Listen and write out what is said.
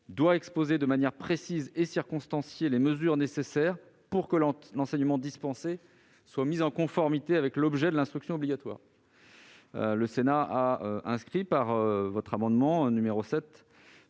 doit exposer de manière précise et circonstanciée les mesures nécessaires pour que l'enseignement dispensé soit mis en conformité avec l'objet de l'instruction obligatoire ». Du reste, le Sénat a inscrit ce principe dans la loi,